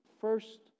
first